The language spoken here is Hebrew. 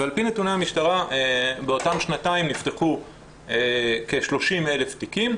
ועל פי נתוני המשטרה באותן שנתיים נפתחו כ- 30,000 תיקים,